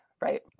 right